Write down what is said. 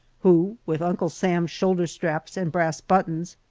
who, with uncle sam's shoulder straps and brass buttons,